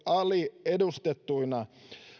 aliedustettuina